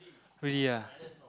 really ah